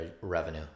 revenue